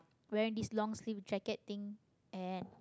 wearing this long sleeve jacket thing and